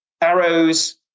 arrows